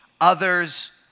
others